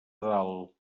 dalt